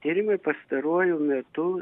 tyrimai pastaruoju metu